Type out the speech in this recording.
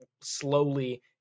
slowly